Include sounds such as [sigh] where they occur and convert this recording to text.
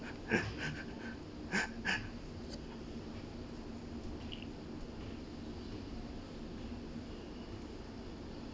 [laughs] [breath]